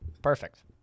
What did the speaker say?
Perfect